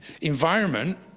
environment